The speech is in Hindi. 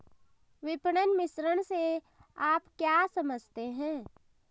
विपणन मिश्रण से आप क्या समझते हैं?